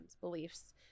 beliefs